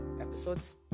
episodes